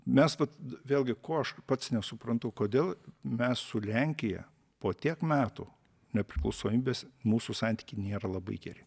mes vat vėlgi ko aš pats nesuprantu kodėl mes su lenkija po tiek metų nepriklausomybės mūsų santykiai nėra labai geri